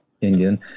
Indian